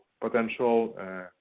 potential